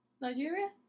Nigeria